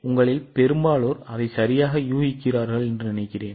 உங்களில் பெரும்பாலோர் அதை சரியாக யூகிக்கிறார்கள் என்று நினைக்கிறேன்